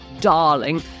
darling